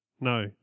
No